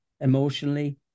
emotionally